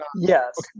Yes